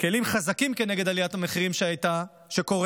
כלים חזקים כנגד עליית המחירים שקורית,